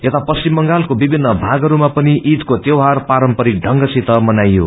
यता पश्चिम बंगालको विभिन्न भागहरूमा पनि ईदको त्यौहार पारम्परिक दंग सित मनाइयो